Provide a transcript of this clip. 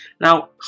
Now